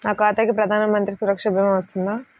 నా ఖాతాకి ప్రధాన మంత్రి సురక్ష భీమా వర్తిస్తుందా?